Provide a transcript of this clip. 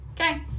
Okay